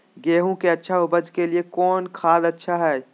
गेंहू के अच्छा ऊपज के लिए कौन खाद अच्छा हाय?